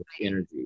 energy